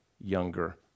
younger